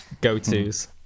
go-tos